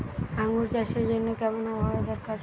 আঙ্গুর চাষের জন্য কেমন আবহাওয়া দরকার?